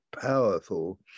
powerful